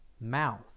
mouth